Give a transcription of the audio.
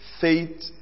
faith